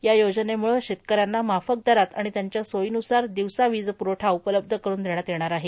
या योजनेम्ळं शेतकऱ्यांना माफक दरात आणि त्यांच्या सोयीन्सार दिवसा विज प्रवठा उपलब्ध करून देण्यात येणार आहे